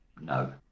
No